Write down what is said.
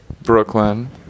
Brooklyn